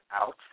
Out